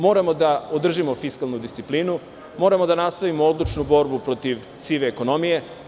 Moramo da održimo fiskalnu disciplinu, moramo da nastavimo odlučnu borbu protiv sive ekonomije.